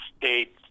states